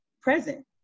present